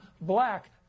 black